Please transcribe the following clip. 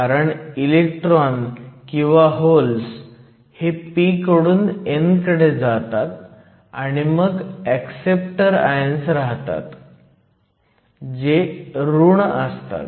कारण इलेक्ट्रॉन किंवा होल्स हे p कडून n कडे जातात आणि मग ऍक्सेप्टर आयन्स राहतात जे ऋण असतात